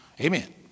Amen